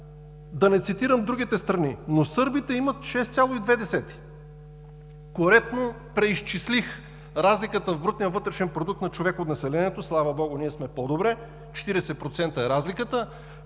Да не цитирам другите страни, но сърбите имат 6,2! Коректно преизчислих разликата в брутния вътрешен продукт на човек от населението. Слава Богу, ние сме по-добре – 40% е разликата.